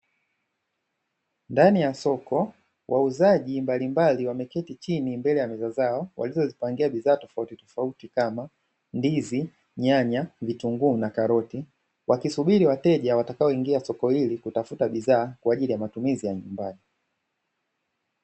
Ndani ya soko wauzaji mbalimbali wameketi chini mbele ya meza zao walizozipangia bidhaa tofauti tofauti kama ndizi, nyanya, vitunguu na karoti wakisubiri wateja watakao ingia soko hili kutafuta bidhaa, kwa ajili ya matumizi ya nyumbani.